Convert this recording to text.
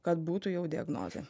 kad būtų jau diagnozė